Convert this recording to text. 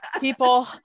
people